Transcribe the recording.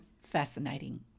fascinating